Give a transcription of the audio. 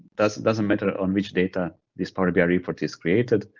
doesn't doesn't matter on which data this power bi report is created,